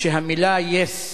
שהמלה yes נאמרה,